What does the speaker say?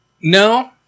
No